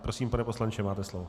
Prosím, pane poslanče, máte slovo.